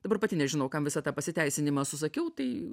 dabar pati nežinau kam visą tą pasiteisinimą susakiau tai